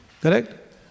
Correct